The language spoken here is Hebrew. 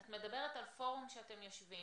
את מדברת על פורום שאתם יושבים,